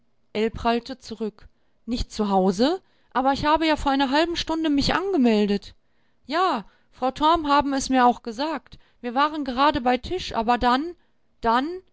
prallte zurück nicht zu hause aber ich habe ja vor einer halben stunde mich angemeldet ja frau torm haben es mir auch gesagt wir waren gerade bei tisch aber dann dann